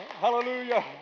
Hallelujah